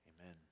Amen